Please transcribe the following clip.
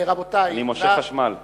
אני מושך חשמל.